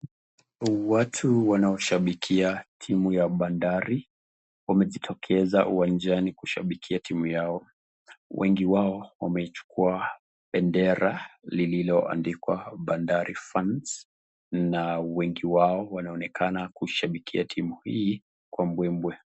Watu wanaoshabikia timu ya bandari wamejitokeza uwanjani kushabikia timu yao, wengi wao wameichukua bendera lilioandikwa bandari fans na wengi wao wanaonekana kushabikia timu hii kwa mbwemwe.